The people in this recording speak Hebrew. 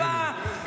עשיתי, תגידי לי?